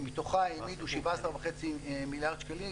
מתוכה העמידו 17.5 מיליארד שקלים.